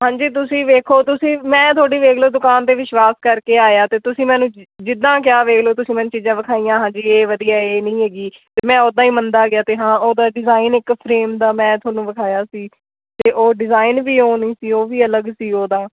ਹਾਂਜੀ ਤੁਸੀਂ ਵੇਖੋ ਤੁਸੀਂ ਮੈਂ ਤੁਹਾਡੀ ਵੇਖ ਲਓ ਦੁਕਾਨ 'ਤੇ ਵਿਸ਼ਵਾਸ ਕਰਕੇ ਆਇਆ ਅਤੇ ਤੁਸੀਂ ਮੈਨੂੰ ਜਿੱਦਾਂ ਕਿਹਾ ਵੇਖ ਲਓ ਤੁਸੀਂ ਮੈਨੂੰ ਚੀਜ਼ਾਂ ਵਿਖਾਈਆਂ ਹਾਂਜੀ ਇਹ ਵਧੀਆ ਇਹ ਨਹੀਂ ਹੈਗੀ ਅਤੇ ਮੈਂ ਓਦਾਂ ਹੀ ਮੰਨਦਾ ਗਿਆ ਅਤੇ ਹਾਂ ਉਹਦਾ ਡਿਜ਼ਾਇਨ ਇੱਕ ਫਰੇਮ ਦਾ ਮੈਂ ਤੁਹਾਨੂੰ ਵਿਖਾਇਆ ਸੀ ਅਤੇ ਉਹ ਡਿਜ਼ਾਇਨ ਵੀ ਉਹ ਨਹੀਂ ਸੀ ਉਹ ਵੀ ਅਲੱਗ ਸੀ ਉਹਦਾ